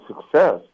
success